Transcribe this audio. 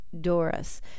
doris